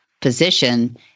position